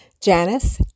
Janice